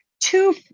Two